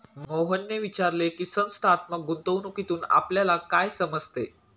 मोहनने विचारले की, संस्थात्मक गुंतवणूकीतून आपल्याला काय समजते?